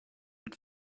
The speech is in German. mit